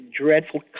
dreadful